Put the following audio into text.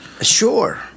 Sure